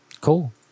cool